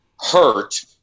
hurt